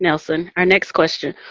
nelson. our next question.